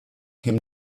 him